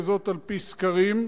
וזאת על-פי סקרים,